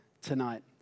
tonight